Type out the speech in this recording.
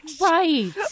right